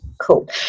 Cool